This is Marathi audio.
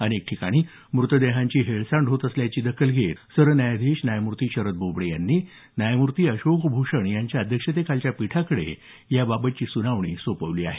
अनेक ठिकाणी मृतदेहांची हेळसांड होत असल्याची दखल घेत सरन्यायाधीश न्यायमूर्ती शरद बोबडे यांनी न्यायमूर्ती अशोक भूषण यांच्या अध्यक्षतेखालच्या पीठाकडे त्याची सुनावणी सोपवली आहे